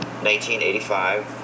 1985